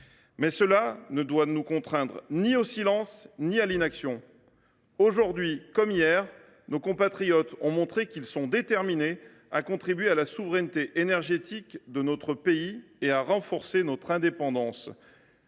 mais cela ne doit nous contraindre ni au silence ni à l’inaction. Aujourd’hui comme hier, nos compatriotes ont montré qu’ils étaient déterminés à contribuer à la souveraineté énergétique de notre pays et à renforcer notre indépendance.